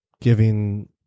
giving